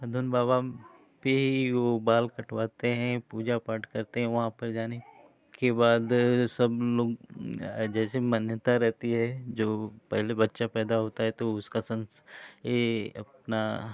धुन बाबा पेरही वो बाल कटवाते हैं पूजा पाठ करते हैं वहाँ पर जाने के बाद सब लोग जैसे मान्यता रहती है जो पहले बच्चा पैदा होता है तो उसका संस ए अपना